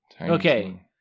Okay